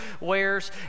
wears